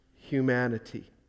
humanity